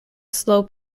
slow